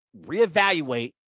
reevaluate